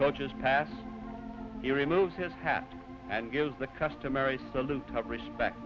coaches pass he removes his hat and gives the customary salute of respect